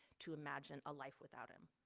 to imagine a life without him.